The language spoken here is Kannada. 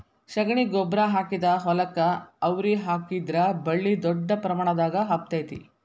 ಶಗಣಿ ಗೊಬ್ಬ್ರಾ ಹಾಕಿದ ಹೊಲಕ್ಕ ಅವ್ರಿ ಹಾಕಿದ್ರ ಬಳ್ಳಿ ದೊಡ್ಡ ಪ್ರಮಾಣದಾಗ ಹಬ್ಬತೈತಿ